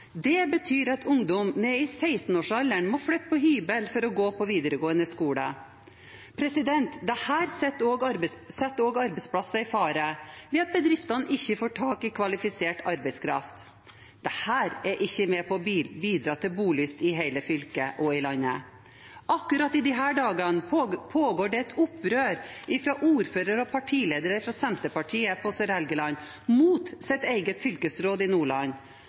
Det betyr at ungdom ned i 16-årsalderen må flytte på hybel for å gå på videregående skole. Dette setter også arbeidsplasser i fare ved at bedriftene ikke får tak i kvalifisert arbeidskraft. Dette er ikke med på å bidra til bolyst i hele fylket og i landet. Akkurat i disse dager pågår det et opprør med ordførere og partiledere fra Senterpartiet på Sør-Helgeland – mot deres eget fylkesråd i Nordland,